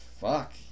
fuck